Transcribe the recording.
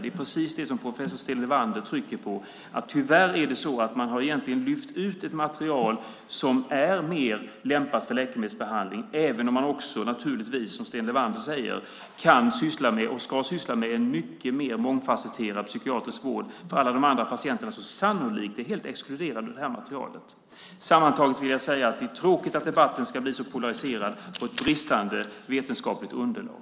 Det är precis det som professor Sten Levander trycker på, nämligen att det tyvärr är så att man egentligen har lyft ut ett material som är mer lämpat för läkemedelsbehandling även om man också naturligtvis, som Sten Levander säger, kan syssla med och ska syssla med en mycket mer mångfasetterad psykiatrisk vård för alla de andra patienterna som sannolikt är helt exkluderade från detta material. Sammantaget vill jag säga att det är tråkigt att debatten ska bli så polariserad när det gäller ett bristande vetenskapligt underlag.